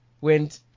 went